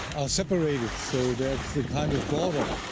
separated. so, there is a kind of border.